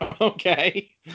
Okay